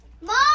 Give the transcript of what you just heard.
Mom